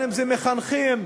אם מחנכים,